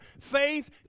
Faith